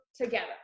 together